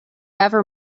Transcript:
ever